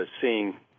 seeing